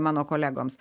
mano kolegoms